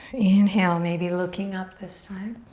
inhale, maybe looking up this time.